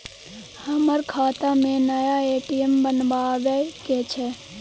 हमर खाता में नया ए.टी.एम बनाबै के छै?